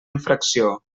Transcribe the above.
infracció